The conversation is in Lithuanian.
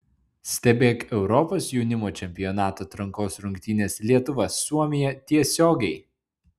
stebėk europos jaunimo čempionato atrankos rungtynes lietuva suomija tiesiogiai